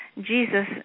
Jesus